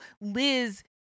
Liz